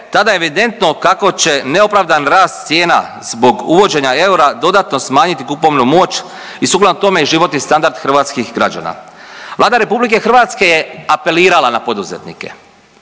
tada je evidentno kada će neopravdan rast cijena zbog uvođenja eura dodatno smanjiti kupovnu moć i sukladno tome i životni standard hrvatskih građana. Vlada RH je apelirala na poduzetnike.